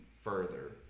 further